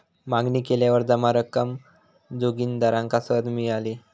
मागणी केल्यावर जमा रक्कम जोगिंदराक सहज मिळाली